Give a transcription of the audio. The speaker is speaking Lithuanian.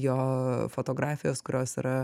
jo fotografijos kurios yra